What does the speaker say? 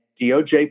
DOJ